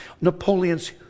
Napoleon's